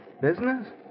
Business